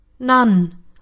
None